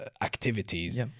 activities